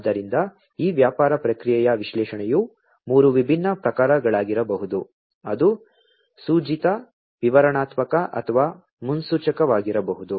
ಆದ್ದರಿಂದ ಈ ವ್ಯಾಪಾರ ಪ್ರಕ್ರಿಯೆಯ ವಿಶ್ಲೇಷಣೆಯು 3 ವಿಭಿನ್ನ ಪ್ರಕಾರಗಳಾಗಿರಬಹುದು ಅದು ಸೂಚಿತ ವಿವರಣಾತ್ಮಕ ಅಥವಾ ಮುನ್ಸೂಚಕವಾಗಿರಬಹುದು